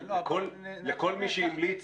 לכל מי שהמליץ,